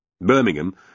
Birmingham